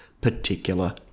particular